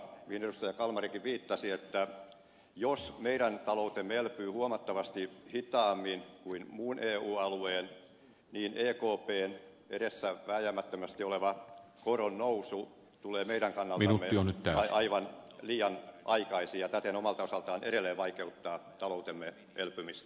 kalmarikin viittasi että jos meidän taloutemme elpyy huomattavasti hitaammin kuin muun eu alueen niin ekpn edessä vääjäämättömästi oleva koron nousu tulee meidän kannaltamme aivan liian aikaisin ja täten omalta osaltaan edelleen vaikeuttaa taloutemme elpymistä